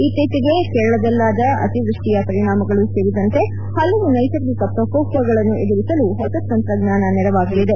ಇತ್ತೀಚೆಗೆ ಕೇರಳದಲ್ಲಾದ ಅತಿವೃಷ್ಷಿಯ ಪರಿಣಾಮಗಳು ಸೇರಿದಂತೆ ಹಲವು ನೈಸರ್ಗಿಕ ಪ್ರಕೋಪಗಳನ್ನು ಎದುರಿಸಲು ಹೊಸ ತಂತ್ರಜ್ಞಾನ ನೆರವಾಗಲಿದೆ